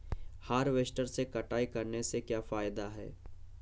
Harvester से कटाई करने से क्या फायदा है?